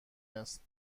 است